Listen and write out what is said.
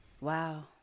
wow